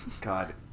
God